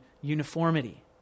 uniformity